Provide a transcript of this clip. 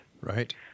Right